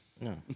No